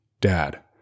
Dad